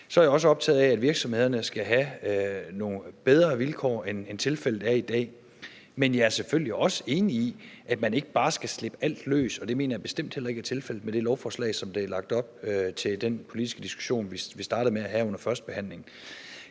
er jeg optaget af, at virksomhederne skal have nogle bedre vilkår, end tilfældet er i dag. Jeg er selvfølgelig også enig i, at man ikke bare skal slippe alt løs, men det mener jeg bestemt heller ikke er tilfældet med det lovforslag, som der er lagt op til, og den politiske diskussion, vi startede med at have under førstebehandlingen.